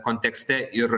kontekste ir